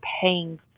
paying